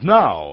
now